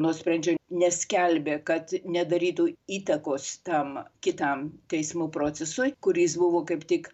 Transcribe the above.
nuosprendžio neskelbė kad nedarytų įtakos tam kitam teismų procesui kuris buvo kaip tik